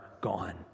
gone